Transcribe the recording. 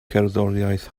gerddoriaeth